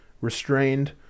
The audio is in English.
restrained